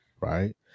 right